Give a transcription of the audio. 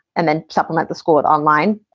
and then supplement the school with online.